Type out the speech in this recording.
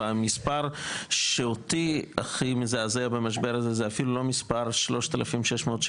המספר שאותי הכי מזעזע במשבר הזה זה הוא אפילו לא המספר 3,677,